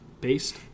based